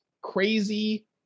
Crazy